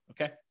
Okay